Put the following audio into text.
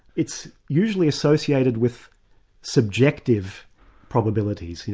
it's usually associated with subjective probabilities, you